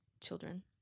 children